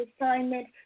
assignment